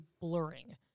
blurring